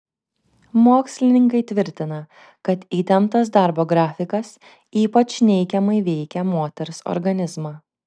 mokslininkai tvirtina kad įtemptas darbo grafikas ypač neigiamai veikia moters organizmą